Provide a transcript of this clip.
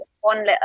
one